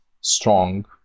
strong